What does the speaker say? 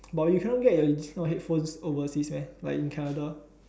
but you cannot get your this kind of headphones overseas meh like in Canada